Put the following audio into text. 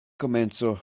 komenco